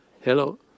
Hello